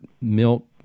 milk